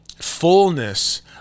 fullness